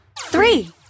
Three